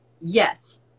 Yes